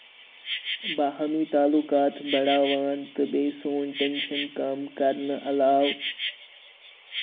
باہمی تعلاقات بَڑاوان تہٕ بیٚیہِ سوٚن ٹیٚنٛشن کَم کرنہٕ علاوٕ